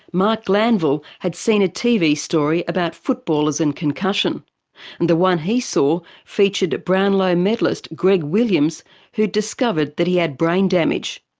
marc glanville had seen a tv story about footballers and concussion, and the one he saw featured brownlow medallist greg williams who had discovered he had brain damage.